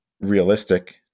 realistic